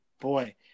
boy